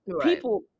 People